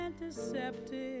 antiseptic